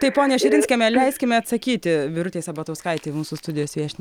tai ponia širinskiene leiskime atsakyti birutei sabatauskaitei mūsų studijos viešniai